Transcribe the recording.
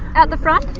out the front,